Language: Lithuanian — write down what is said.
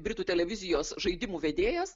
britų televizijos žaidimų vedėjas